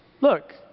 Look